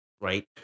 right